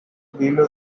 below